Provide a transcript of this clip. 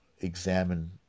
examine